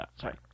Sorry